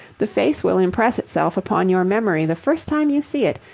the face will impress itself upon your memory the first time you see it,